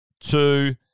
two